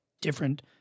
different